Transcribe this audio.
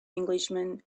englishman